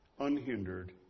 unhindered